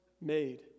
made